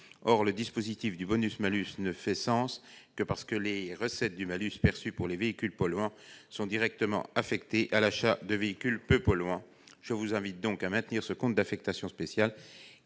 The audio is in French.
Or le dispositif du bonus-malus ne fait sens que parce que les recettes du malus perçues pour les véhicules polluants sont directement affectées à l'achat de véhicules peu polluants. Je vous invite donc, mes chers collègues, à maintenir ce compte d'affectation spéciale,